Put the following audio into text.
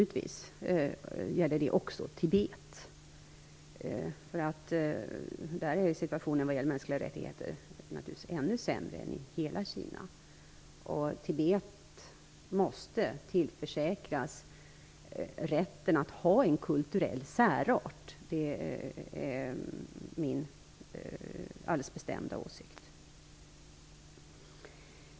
Detta gäller också förhållandena i Tibet, där situationen vad beträffar mänskliga rättigheter är ännu sämre än i hela det övriga Kina. Tibet måste tillförsäkras rätten att ha en kulturell särart. Det är min alldeles bestämda åsikt.